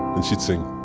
and she'd sing,